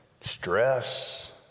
stress